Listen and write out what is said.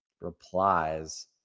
replies